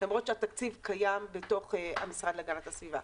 למרות שהתקציב קיים בתוך המשרד להגנת הסביבה.